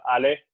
Ale